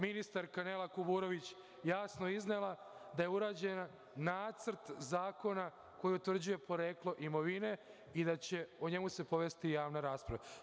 Ministarka Nela Kuburović je jasno iznela da je urađen nacrt zakona koji utvrđuje poreklo imovine i da će se o njemu povesti javna rasprava.